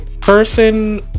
person